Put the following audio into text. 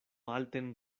alten